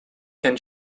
can